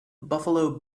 buffalo